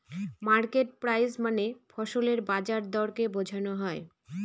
market price মানে ফসলের বাজার দরকে বোঝনো হয়